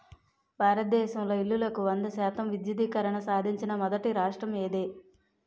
భారతదేశంలో ఇల్లులకు వంద శాతం విద్యుద్దీకరణ సాధించిన మొదటి రాష్ట్రం ఏది?